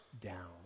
down